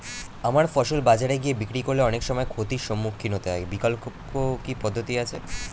আমার ফসল বাজারে গিয়ে বিক্রি করলে অনেক সময় ক্ষতির সম্মুখীন হতে হয় বিকল্প কি পদ্ধতি আছে?